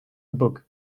book